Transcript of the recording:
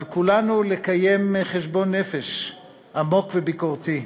על כולנו לקיים חשבון נפש עמוק וביקורתי: